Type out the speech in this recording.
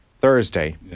Thursday